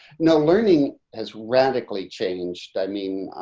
know, learning has radically changed. i mean,